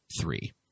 three